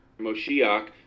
moshiach